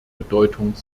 bedeutung